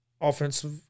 offensive